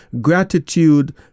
gratitude